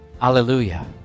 hallelujah